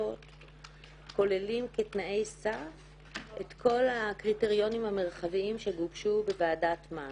כוללים כתנאי סף את כל הקריטריונים המרחביים שגובשו בוועדת מן.